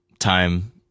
time